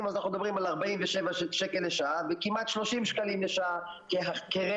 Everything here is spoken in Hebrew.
אנחנו מדברים על 47 שקל לשעה וכמעט 30 שקלים לשעה כרווח,